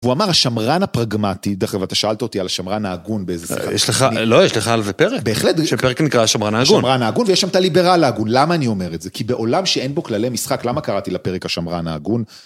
והוא אמר השמרן הפרגמטי, דרך אגב אתה שאלת אותי על השמרן ההגון באיזה שיחה. יש לך, לא יש לך על זה פרק? בהחלט. שפרק נקרא השמרן ההגון. שמרן ההגון ויש שם את הליברל ההגון, למה אני אומר את זה? כי בעולם שאין בו כללי משחק, למה קראתי לפרק השמרן ההגון?